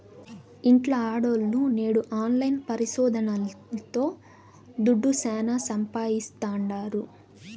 ఇంట్ల ఆడోల్లు నేడు ఆన్లైన్ పరిశోదనల్తో దుడ్డు శానా సంపాయిస్తాండారు